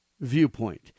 viewpoint